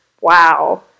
wow